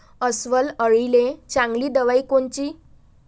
अस्वल अळीले चांगली दवाई कोनची?